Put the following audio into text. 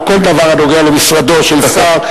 על כל דבר הנוגע למשרדו של שר,